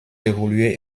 évolué